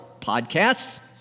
podcasts